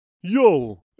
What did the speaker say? Yo